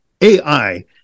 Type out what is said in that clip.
AI